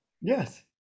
Yes